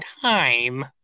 time